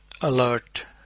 alert